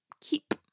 keep